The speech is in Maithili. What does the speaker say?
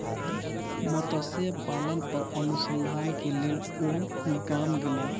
मत्स्य पालन पर अनुसंधान के लेल ओ गाम गेला